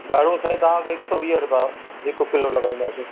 ॾाढ़ूं साईं तव्हांखे हिक सौ वीह रुपया हिक किलो लॻाईंदासीं